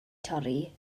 torri